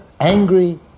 angry